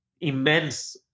immense